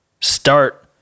start